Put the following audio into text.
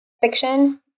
fiction